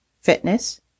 fitness